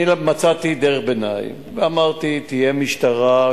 אני מצאתי דרך ביניים ואמרתי: תהיה משטרה,